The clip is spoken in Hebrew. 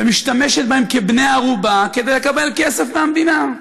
ומשתמשת בהם כבני-ערובה כדי לקבל כסף מהמדינה.